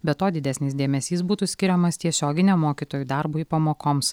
be to didesnis dėmesys būtų skiriamas tiesioginiam mokytojų darbui pamokoms